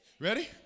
Ready